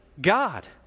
God